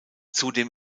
zudem